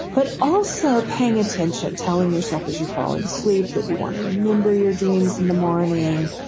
but also paying attention, telling yourself as you're falling asleep that you want to remember your dreams in the morning,